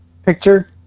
picture